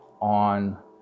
on